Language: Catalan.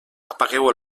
apagueu